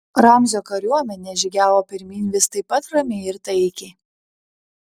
ramzio kariuomenė žygiavo pirmyn vis taip pat ramiai ir taikiai